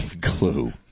Clue